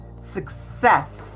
success